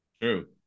true